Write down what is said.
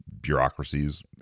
bureaucracies